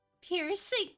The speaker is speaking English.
piercing